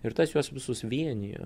ir tas juos visus vienijo